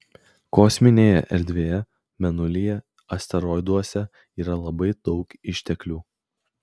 kosminėje erdvėje mėnulyje asteroiduose yra labai daug išteklių